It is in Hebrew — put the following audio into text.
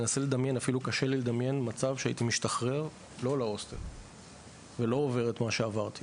קשה לי לדמיין מצב שהייתי משתחרר לא להוסטל ולא עובר את מה שעברתי.